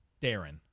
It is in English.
Darren